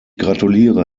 gratuliere